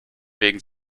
wegen